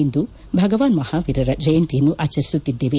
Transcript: ಇಂದು ಭಗವಾನ್ ಮಹಾವೀರ ಜಯಂತಿಯನ್ನು ಆಚರಿಸುತ್ತಿದ್ದೇವೆ